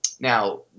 Now